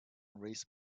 raced